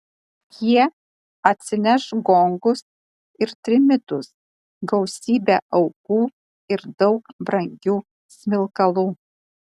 jie atsineš gongus ir trimitus gausybę aukų ir daug brangių smilkalų